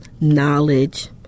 knowledge